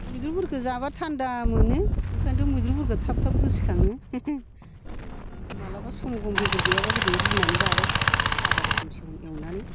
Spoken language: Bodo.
मैद्रुफोरखौ जाबा थान्दा मोनो ओंखाइन्थ' मैद्रुफोरखौ थाब थाब गोसोखाङो मालाबा समाव बेद'र गैयाब्ला ओरैनो रुनानै जाबाय फाजा रोखोम सेव एवनानै